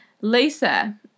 Lisa